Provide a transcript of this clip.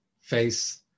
face